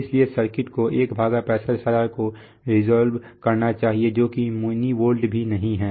इसलिए सर्किट को 165000 को रिजॉल्व करना चाहिए जोकि मिनी वोल्ट भी नहीं है